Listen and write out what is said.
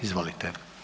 Izvolite.